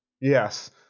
yes